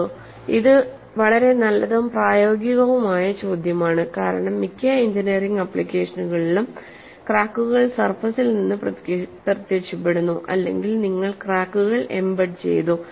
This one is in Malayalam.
നോക്കൂ ഇത് വളരെ നല്ലതും പ്രായോഗികവുമായ ചോദ്യമാണ് കാരണം മിക്ക എഞ്ചിനീയറിംഗ് ആപ്ലിക്കേഷനുകളിലും ക്രാക്കുകൾ സർഫസിൽ നിന്ന് പ്രത്യക്ഷപ്പെടുന്നു അല്ലെങ്കിൽ നിങ്ങൾ ക്രാക്കുകൾ എംബെഡ് ചെയ്തു